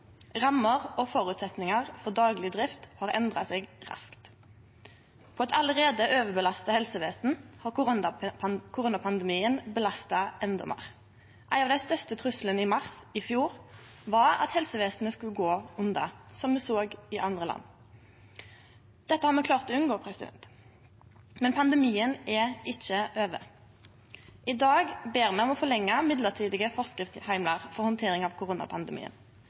og føresetnader for dagleg drift har endra seg raskt. På eit allereie overbelasta helsevesen har koronapandemien belasta endå meir. Ein av de største truslane i mars i fjor var at helsevesenet skulle gå under – slik me såg det i andre land. Dette har me klart å unngå, men pandemien er ikkje over. I dag ber me om å forlengje mellombelse forskriftsheimlar for handtering av koronapandemien.